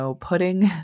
pudding